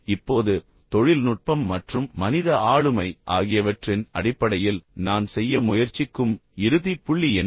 இப்போது தொழில்நுட்பம் மற்றும் மனித ஆளுமை ஆகியவற்றின் அடிப்படையில் நான் செய்ய முயற்சிக்கும் இறுதி புள்ளி என்ன